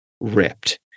ripped